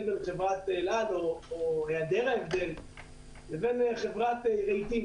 בין חברת אל על או היעדר ההבדל לבין חברת ---.